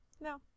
No